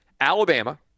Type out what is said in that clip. Alabama